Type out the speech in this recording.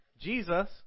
Jesus